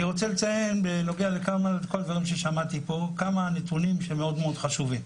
אני רוצה לציין בנוגע לדברים ששמעתי פה כמה נתונים שהם מאוד חשובים.